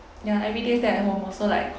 ya everyday stay at home also like